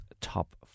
Top